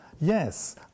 Yes